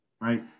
right